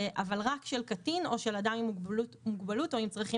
אבל רק של קטין או של אדם עם מוגבלות או עם צרכים